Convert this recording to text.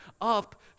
up